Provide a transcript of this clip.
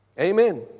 Amen